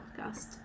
podcast